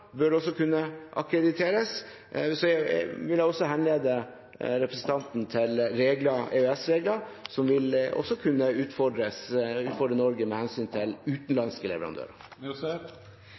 bør også kunne akkrediteres. Så vil jeg også henlede representantens oppmerksomhet mot EØS-regler, som også vil kunne utfordres for Norge med hensyn til utenlandske leverandører.